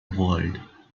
world